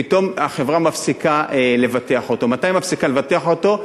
פתאום החברה מפסיקה לבטח אותו.